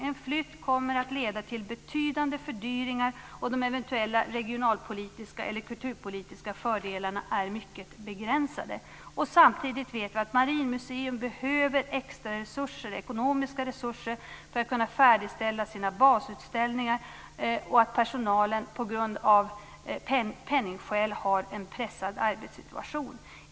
En flytt kommer att leda till betydande fördyringar, och de eventuella regionalpolitiska eller kulturpolitiska fördelarna är mycket begränsade. Samtidigt vet vi att Marinmuseum behöver extra ekonomiska resurser för att kunna färdigställa sina basutställningar, och vi vet att personalen av penningskäl har en pressad arbetssituation.